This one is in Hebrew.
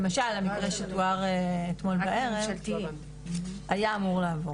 למשל המקרה שתואר אתמול בערב, היה אמור לעבור.